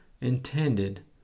intended